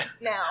now